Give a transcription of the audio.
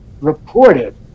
reported